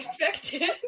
expected